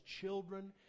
children